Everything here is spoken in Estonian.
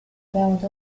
peavad